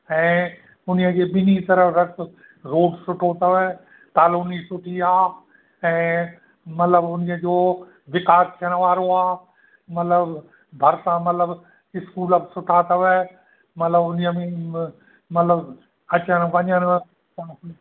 ऐं उन्हीअ जे ॿिन्ही तरफ़ु रस्तो रोड सुठो अथव कॉलोनी सुठी आहे ऐं मतिलबु उन जो विकास थियणु वारो आहे ऐं भरिसां मतिलबु स्कूल सुठा अथव मतिलबु उन्हीअ में अचणु वञणु